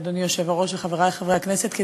אדוני היושב-ראש וחברי חברי הכנסת,